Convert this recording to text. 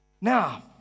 Now